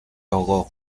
ahogó